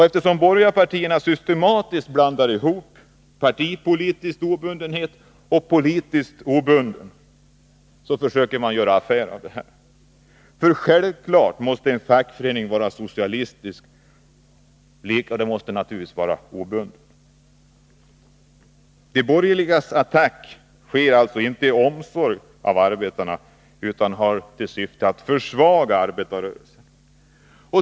De borgerliga partierna blandar systematiskt ihop partipolitisk obundenhet och politisk obundenhet och försöker göra affär av det här. Självfallet måste en fackförening vara socialistisk. Likaså måste den vara obunden. De borgerligas attack sker alltså inte av omsorg om arbetarna utan den har till syfte att försvaga arbetarrörelsen.